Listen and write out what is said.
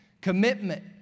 Commitment